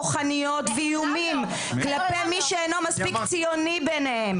כוחניות ואיומים כלפי מי שאינו מספיק ציוני בעיניהם.